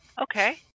Okay